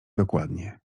dokładnie